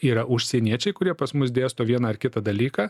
yra užsieniečiai kurie pas mus dėsto vieną ar kitą dalyką